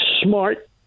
smart